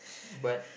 but